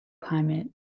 climate